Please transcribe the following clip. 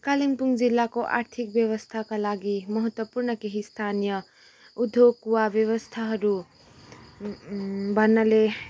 कालिम्पुङ जिल्लाको आर्थिक व्यवस्थाका लागि महत्वपूर्ण केही स्थानीय उद्योग वा व्यवस्थाहरू भन्नाले